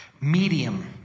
Medium